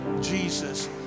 jesus